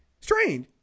Strange